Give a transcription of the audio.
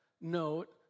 note